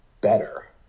Better